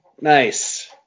Nice